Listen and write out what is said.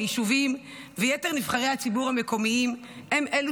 היישובים ויתר נבחרי הציבור המקומיים הם אלה